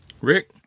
Rick